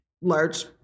large